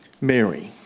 Mary